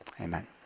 Amen